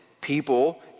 people